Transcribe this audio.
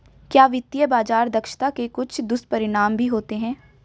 क्या वित्तीय बाजार दक्षता के कुछ दुष्परिणाम भी होते हैं?